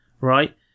right